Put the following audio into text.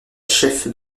chef